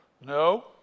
No